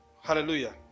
Hallelujah